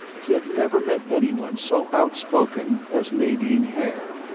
he had never met anyone so outspoken as nadine haer,